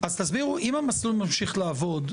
אם המסלול ממשיך לעבוד,